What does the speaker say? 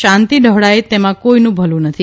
શાંતિ ડહોડાય તેમાં કોઇનુ ભલુ નથી